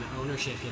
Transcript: ownership